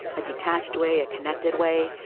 a detached way, a connected way?